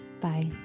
Bye